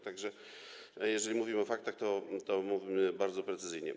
Tak że jeżeli mówimy o faktach, to mówmy bardzo precyzyjnie.